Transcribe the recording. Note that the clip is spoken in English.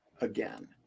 again